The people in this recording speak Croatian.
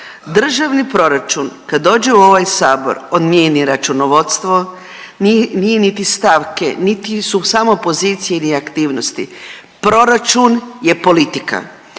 Državni proračun kad dođe u ovaj sabor on nije ni računovodstvo, nije niti stavke, niti su samo pozicije, ni aktivnosti. Proračun je politika.